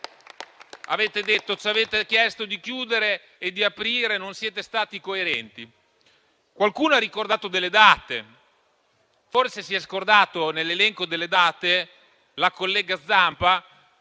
Avete detto: ci avete chiesto di chiudere e di aprire, non siete stati coerenti. Qualcuno ha ricordato delle date; forse la collega Zampa si è scordata nell'elenco delle date che mentre